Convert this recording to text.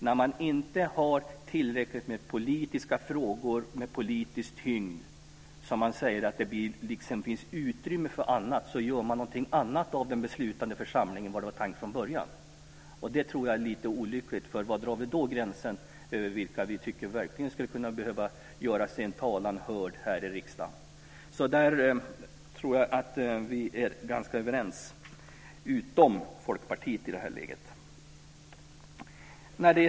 När man inte har tillräckligt med politiska frågor med tyngd säger man att det finns utrymme för annat, och så gör man något annat av den beslutande församlingen än vad som var tänkt från början. Det tror jag är lite olyckligt. Var drar vi då gränsen för vilka vi verkligen tycker ska få göra sin stämma hörd här i riksdagen? I den frågan tror jag att vi alla - utom Folkpartiet - är ganska överens.